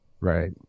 Right